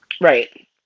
Right